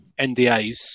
NDAs